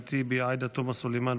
שחמאס היא גרסה חדשה של הנאציזם,